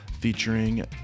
featuring